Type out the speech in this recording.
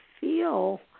feel